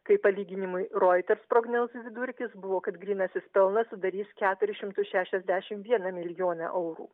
kai palyginimui roiters prognozių vidurkis buvo kad grynasis pelnas sudarys keturis šimtus šešiasdešimt vieną milijoną eurų